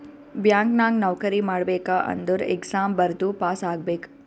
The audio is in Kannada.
ಬ್ಯಾಂಕ್ ನಾಗ್ ನೌಕರಿ ಮಾಡ್ಬೇಕ ಅಂದುರ್ ಎಕ್ಸಾಮ್ ಬರ್ದು ಪಾಸ್ ಆಗ್ಬೇಕ್